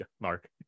Mark